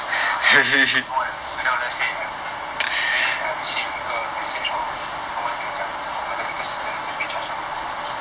ya eh bro cannot like that say today I received 一个 message hor 他们又讲我们一个 senior 已经被 charged 了